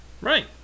Right